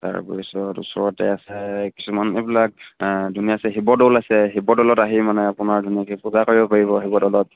তাৰপিছত ওচৰতে আছে কিছুমান এইবিলাক ধুনীয়া আছে শিৱদৌল আছে শিৱদৌলত আহি মানে আপোনাৰ ধুনীয়াকৈ পূজা কৰিব পাৰিব শিৱদৌলত